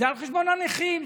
וזה על חשבון הנכים.